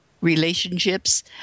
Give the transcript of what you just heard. relationships